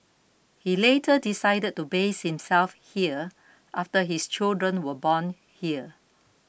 he later decided to base himself here after his children were born here